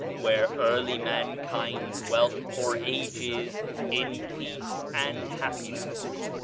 where early mankind dwelt for ages in peace and happiness.